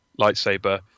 lightsaber